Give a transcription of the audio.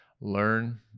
Learn